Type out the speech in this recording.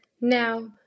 Now